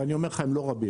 ואני אומר לך שהם לא רבים,